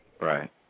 Right